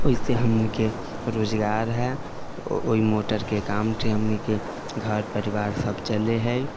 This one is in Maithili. ओहिसँ हमनीके रोजगार हइ ओहि मोटरके काम छै हमनीके घर परिवार सब चलै हइ